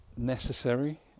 necessary